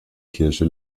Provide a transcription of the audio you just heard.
kirche